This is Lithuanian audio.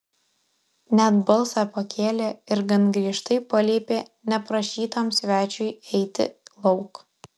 net balsą pakėlė ir gan griežtai paliepė neprašytam svečiui eiti lauk